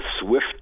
swift